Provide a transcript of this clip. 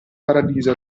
paradiso